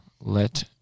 Let